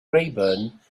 rayburn